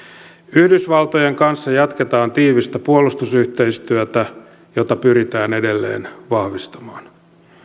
yhdysvaltojen kanssa jatketaan tiivistä puolustusyhteistyötä jota pyritään edelleen vahvistamaan